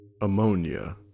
Ammonia